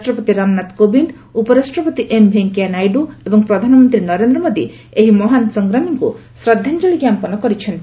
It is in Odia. ରାଷ୍ଟ୍ରପତି ରାମନାଥ କୋବିନ୍ଦ ଉପରାଷ୍ଟ୍ରପତି ଏମ୍ ଭେଙ୍କିୟାନାଇଡୁ ଏବଂ ପ୍ରଧାନମନ୍ତ୍ରୀ ନରେନ୍ଦ୍ର ମୋଦି ଏହି ମହାନ ସଂଗ୍ରାମୀଙ୍କୁ ଶ୍ରଦ୍ଧାଞ୍ଜଳି ଜ୍ଞାପନ କରିଛନ୍ତି